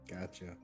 gotcha